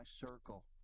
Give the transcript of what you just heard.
circle